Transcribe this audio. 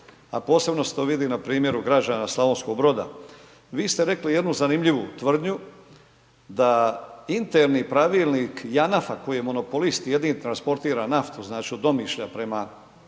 a posebno se to vidi na primjeru građana Slavonskog Broda. Vi ste rekli jednu zanimljivu tvrdnju. Da interni pravilnik Janafa koji je monopolist, jedini transportira naftu, znači od Omišlja prema